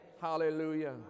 Hallelujah